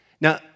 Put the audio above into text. Now